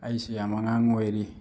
ꯑꯩꯁꯤ ꯌꯥꯝ ꯑꯉꯥꯡ ꯑꯣꯏꯔꯤ